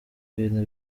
ibintu